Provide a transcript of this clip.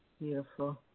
Beautiful